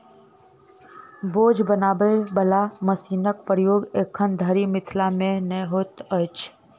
बोझ बनबय बला मशीनक प्रयोग एखन धरि मिथिला मे नै होइत अछि